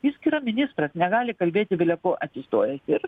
jis kira ministras negali kalbėti beleko atsistojęs ir